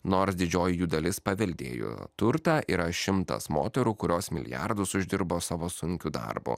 nors didžioji jų dalis paveldėjo turtą yra šimtas moterų kurios milijardus uždirbo savo sunkiu darbu